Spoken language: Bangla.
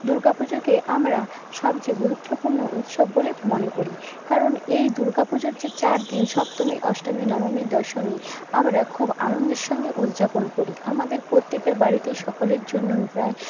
দুর্গা পুজোকে আমরা সব থেকে গুরুত্বপূর্ণ উৎসব বলে মনে করি কারণ এই দুর্গা পুজোর যে চারদিন সপ্তমী অষ্টমী নবমী দশমী আমরা খুব আনন্দের সঙ্গে উদযাপন করি আমাদের প্রত্যেকের বাড়িতেই সকলের জন্য প্রায়